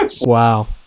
Wow